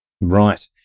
Right